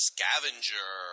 Scavenger